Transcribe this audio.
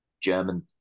German